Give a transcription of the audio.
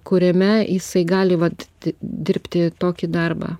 kuriame jisai gali vat dirbti tokį darbą